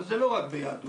זה לא רק ביהדות.